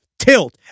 tilt